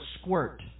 squirt